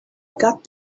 got